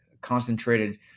concentrated